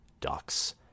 Ducks